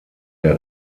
der